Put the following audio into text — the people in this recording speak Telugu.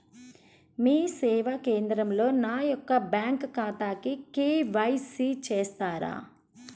మీ సేవా కేంద్రంలో నా యొక్క బ్యాంకు ఖాతాకి కే.వై.సి చేస్తారా?